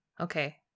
Okay